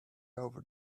over